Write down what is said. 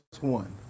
one